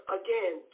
again